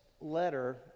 letter